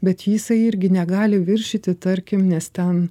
bet jisai irgi negali viršyti tarkim nes ten